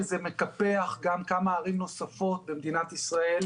שזה מקפח גם כמה ערים נוספות במדינת ישראל,